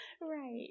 Right